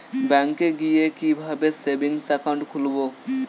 ব্যাঙ্কে গিয়ে কিভাবে সেভিংস একাউন্ট খুলব?